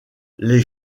les